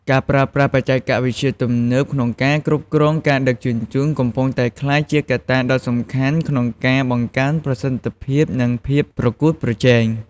ការប្រើប្រាស់បច្ចេកវិទ្យាទំនើបក្នុងការគ្រប់គ្រងការដឹកជញ្ជូនកំពុងតែក្លាយជាកត្តាដ៏សំខាន់ក្នុងការបង្កើនប្រសិទ្ធភាពនិងភាពប្រកួតប្រជែង។